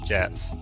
Jets